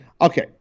Okay